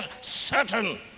certain